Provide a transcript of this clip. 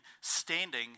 standing